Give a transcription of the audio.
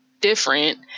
different